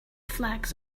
flags